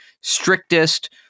strictest